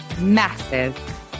massive